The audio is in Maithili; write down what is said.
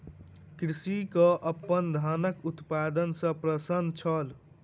कृषक अपन धानक उत्पादन सॅ प्रसन्न छल